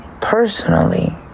personally